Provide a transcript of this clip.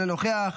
אינו נוכח,